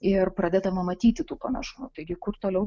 ir pradedama matyti tų panašumų taigi kur toliau